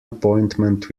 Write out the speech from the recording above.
appointment